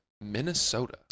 Minnesota